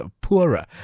poorer